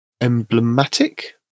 emblematic